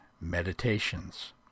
Meditations